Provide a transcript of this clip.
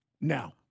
Now